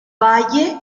valle